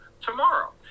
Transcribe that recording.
tomorrow